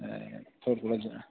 अ